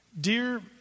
Dear